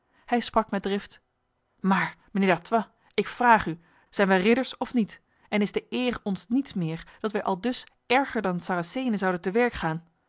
hij sprak met drift maar mijnheer d'artois ik vraag u zijn wij ridders of niet en is de eer ons niets meer dat wij aldus erger dan saracenen zouden tewerk gaan